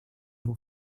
его